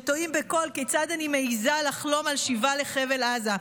שתוהים בקול כיצד אני מעיזה לחלום על שיבה לחבל עזה.